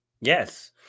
Yes